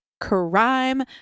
crime